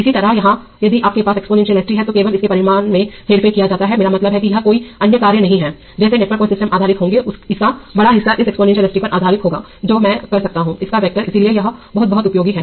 इसी तरह यहां यदि आपके पास एक्सपोनेंशियल s t है तो केवल इसके परिमाण में हेरफेर किया जाता है मेरा मतलब है कि यह कोई अन्य कार्य नहीं है जैसे नेटवर्क और सिस्टम आधारित होंगे इसका बड़ा हिस्सा इस एक्सपोनेंशियल s t पर आधारित होगा जो मैं कर सकता हूं इसका वेक्टर इसलिए यह बहुत बहुत उपयोगी है